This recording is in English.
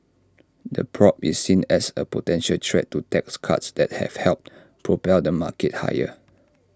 the probe is seen as A potential threat to tax cuts that have helped propel the market higher